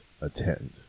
attend